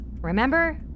remember